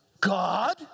God